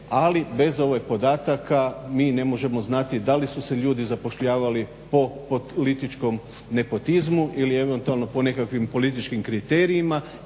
ali bez ovih podataka mi ne možemo znati da li su se ljudi zapošljavali po političkom nepotizmu ili eventualno po nekakvim političkim kriterijima